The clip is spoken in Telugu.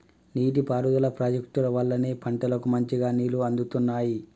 నీటి పారుదల ప్రాజెక్టుల వల్లనే పంటలకు మంచిగా నీళ్లు అందుతున్నాయి